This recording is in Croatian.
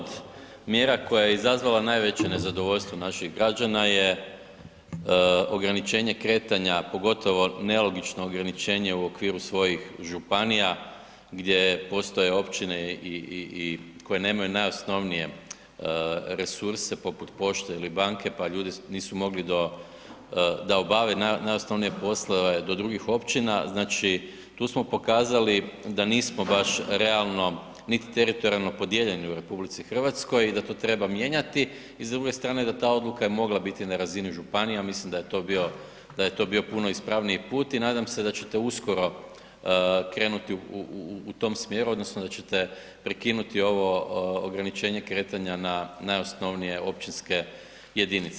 G. državni tajniče, jedna od mjera koja je izazvala najveće nezadovoljstvo naših građana je ograničenje kretanja pogotovo nelogično ograničenje u okviru svojih županija gdje postoje općine koje nemaju najosnovnije resurse poput pošte ili banke pa ljudi nisu mogli da obave najosnovnije poslove do drugih općina, znači tu smo pokazali da nismo baš realno nit teritorijalno podijeljeni u RH i da to treba mijenjati i s druge strane da ta odluka je mogla biti na razini županija, mislim da je to bio puno ispravniji put i nadam se da ćete uskoro krenuti u tom smjeru odnosno da ćete prekinuti ovo ograničenje kretanja na najosnovnije općinske jedinice.